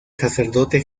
sacerdote